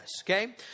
okay